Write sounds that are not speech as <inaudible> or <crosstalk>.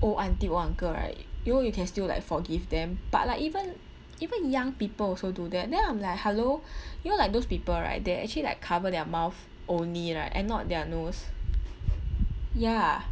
old aunty or uncle right you know you can still like forgive them but like even even young people also do that then I'm like hello <breath> you know like those people right they actually like cover their mouth only right and not their nose ya